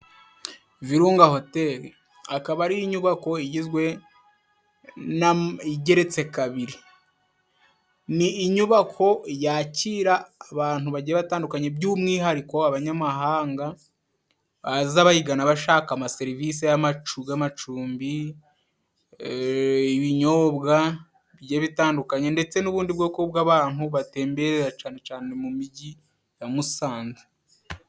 Virunga Hotel， akaba ari inyubako igizwe, igeretse kabiri. Ni inyubako yakira abantu bagiye batandukanye, by'umwihariko abanyamahanga baza bayigana, bashaka ama serivisi g'amacumbi， ibinyobwa bigiye bitandukanye, ndetse n'ubundi bwoko bw'abantu batemberera cane cane mu mujyi wa Musanze.